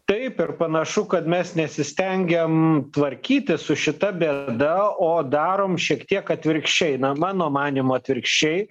taip ir panašu kad mes nesistengiam tvarkytis su šita bėda o darom šiek tiek atvirkščiai na mano manymu atvirkščiai